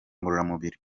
ngororamubiri